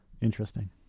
Interesting